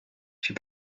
she